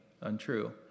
Untrue